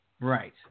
Right